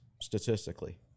statistically